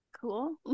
cool